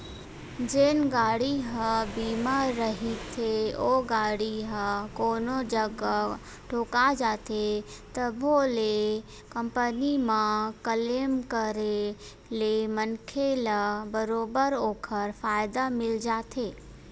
जेन गाड़ी ह बीमा रहिथे ओ गाड़ी ह कोनो जगा ठोका जाथे तभो ले कंपनी म क्लेम करे ले मनखे ल बरोबर ओखर फायदा मिल जाथे